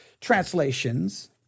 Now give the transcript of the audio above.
translations